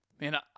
man